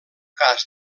cas